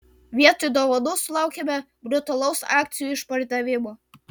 vietoj dovanų sulaukėme brutalaus akcijų išpardavimo